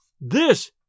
This